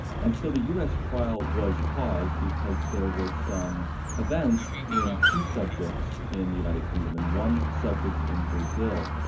and so the us trial was paused because there were some events in two subjects in the united kingdom, and one subject in brazil,